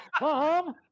Mom